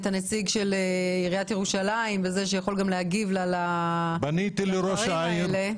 הנציג של עיריית ירושלים וזה שיכול גם להגיב לדברים האלה.